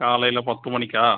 காலையில் பத்து மணிக்கா